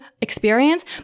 experience